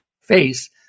face